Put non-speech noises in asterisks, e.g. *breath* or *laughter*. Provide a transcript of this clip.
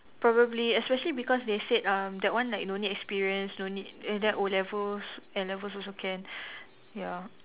probably especially because they said um that one like no need experience no need err then O-levels N-levels also can *breath* ya